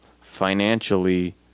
financially